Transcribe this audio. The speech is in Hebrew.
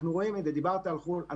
אנחנו רואים את זה קורה בגרמניה,